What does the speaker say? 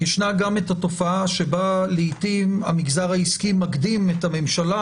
ישנה גם התופעה שבה לעיתים המגזר העסקי מקדים את הממשלה,